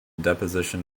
deposition